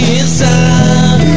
inside